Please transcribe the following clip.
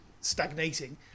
stagnating